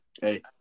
hey